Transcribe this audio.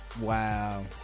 Wow